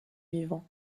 vivant